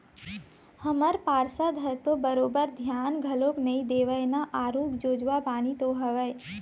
हमर पार्षद ह तो बरोबर धियान घलोक नइ देवय ना आरुग जोजवा बानी तो हवय